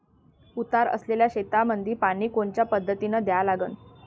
उतार असलेल्या शेतामंदी पानी कोनच्या पद्धतीने द्या लागन?